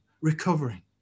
recovering